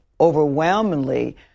overwhelmingly